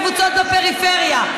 כדי לא לפגוע בקבוצות בפריפריה,